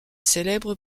célèbre